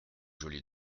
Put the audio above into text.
joli